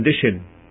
condition